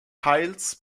teils